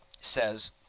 says